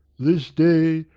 this day,